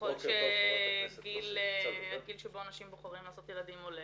וככל שהגיל שבו אנשים בוחרים לעשות ילדים עולה,